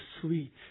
sweet